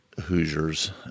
Hoosiers